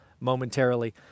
momentarily